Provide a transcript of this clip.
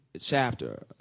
chapter